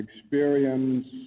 experience